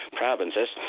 provinces